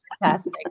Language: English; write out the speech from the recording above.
fantastic